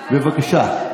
בבקשה.